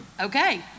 Okay